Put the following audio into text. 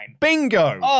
bingo